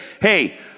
hey